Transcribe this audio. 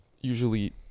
usually